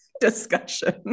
discussion